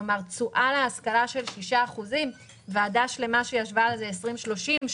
כלומר תשואה להשכלה של 6%. הייתה ועדה שישבה על זה לקראת 2030,